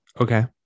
Okay